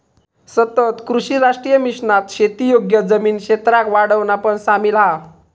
सतत कृषी राष्ट्रीय मिशनात शेती योग्य जमीन क्षेत्राक वाढवणा पण सामिल हा